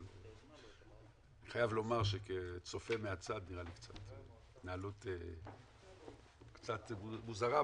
אבל אני חייב לומר שכצופה מהצד זה נראה לי קצת התנהלות קצת מוזרה,